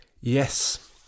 Yes